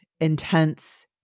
intense